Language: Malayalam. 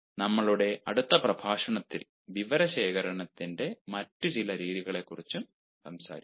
നമ്മളുടെ അടുത്ത പ്രഭാഷണത്തിൽ വിവരശേഖരണത്തിന്റെ മറ്റ് ചില രീതികളെക്കുറിച്ചും സംസാരിക്കും